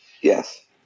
Yes